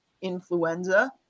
influenza